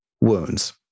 wounds